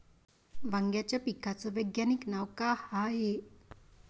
वांग्याच्या पिकाचं वैज्ञानिक नाव का हाये?